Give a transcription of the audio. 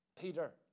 Peter